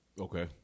Okay